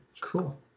Cool